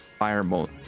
firebolt